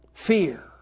fear